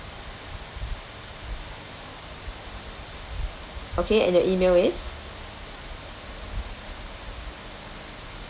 okay and your email is